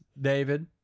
David